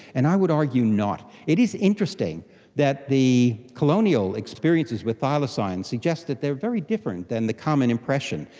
and i would argue not. it is interesting that the colonial experiences with thylacines suggest that they are very different than the common impression.